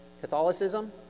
Catholicism